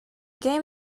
game